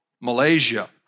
Malaysia